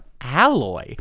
alloy